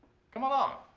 come along.